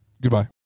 Goodbye